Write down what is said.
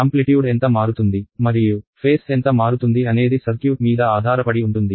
amplitude ఎంత మారుతుంది మరియు ఫేస్ ఎంత మారుతుంది అనేది సర్క్యూట్ మీద ఆధారపడి ఉంటుంది